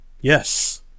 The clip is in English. Yes